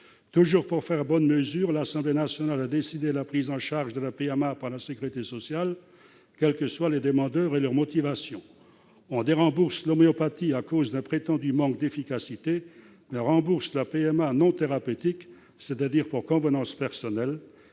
Toujours pour faire bonne mesure, l'Assemblée nationale a décidé la prise en charge de la PMA par la sécurité sociale, quels que soient les demandeurs et leurs motivations. On dérembourse l'homéopathie à cause d'un prétendu manque d'efficacité, mais on rembourse la PMA non thérapeutique, c'est-à-dire pour convenance personnelle.